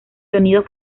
sonido